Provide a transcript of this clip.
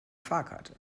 fahrkarte